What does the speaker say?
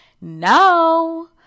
No